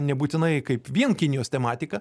nebūtinai kaip vien kinijos tematika